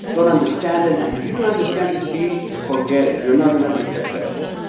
don't understand it, and if you don't understand this piece, forget it. you're not going to be successful,